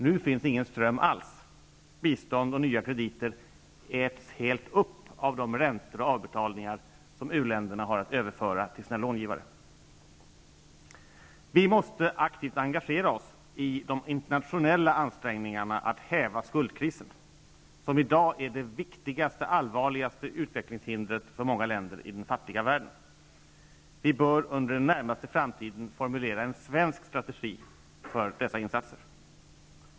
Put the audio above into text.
Nu finns ingen sådan ström alls. Bistånd och nya krediter äts upp helt av de räntor och avbetalningar som u-länderna har att överföra till sina långivare. Vi måste aktivt engagera oss i de internationella ansträngningarna att häva skuldkrisen, som i dag är det viktigaste och allvarligaste utvecklingshindret för många länder i den fattiga världen. Vi bör inom den närmaste framtiden formulera en svensk strategi för dessa insatser.